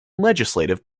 legislative